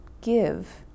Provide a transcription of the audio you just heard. Give